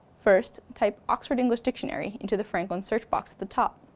first, type oxford english dictionary into the franklin search box at the top,